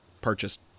purchased